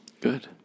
Good